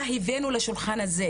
מה הבאנו לשולחן הזה,